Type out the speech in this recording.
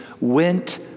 went